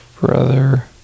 brother